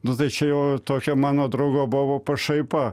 nu tai čia jau tokia mano draugo buvo pašaipa